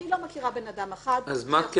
אני לא מכירה בן אדם אחד שיכול -- אז מה כן?